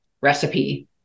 recipe